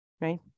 right